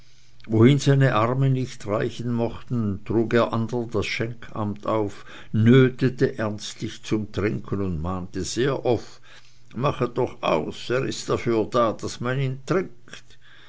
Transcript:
wohin seine arme nicht reichen mochten trug er andern das schenkamt auf nötete ernstlich zum trinken mahnte sehr oft machet doch aus er ist dafür da daß man ihn trinkt